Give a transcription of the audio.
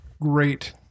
great